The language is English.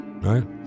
Right